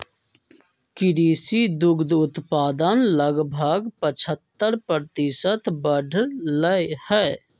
कृषि दुग्ध उत्पादन लगभग पचहत्तर प्रतिशत बढ़ लय है